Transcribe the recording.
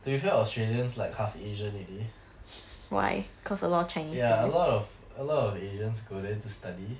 to be fair australians like half asian already ya a lot of a lot of asians go there to study